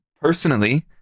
personally